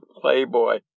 Playboy